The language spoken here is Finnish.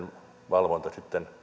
valvonta sitten